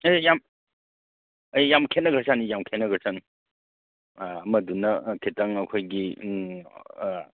ꯑꯦ ꯌꯥꯝ ꯑꯦ ꯌꯥꯝ ꯈꯦꯠꯅꯒ꯭ꯔꯖꯥꯠꯅꯤ ꯌꯥꯝ ꯈꯦꯠꯅꯒ꯭ꯔꯖꯥꯠꯅꯤ ꯑꯃꯗꯨꯅ ꯈꯤꯇꯪ ꯑꯩꯈꯣꯏꯒꯤ